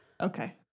Okay